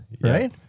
right